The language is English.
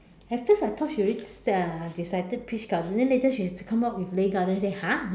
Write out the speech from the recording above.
at first I thought she already uh decided peach garden then later she come up with Lei Garden then I say !huh!